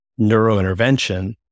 neurointervention